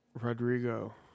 Rodrigo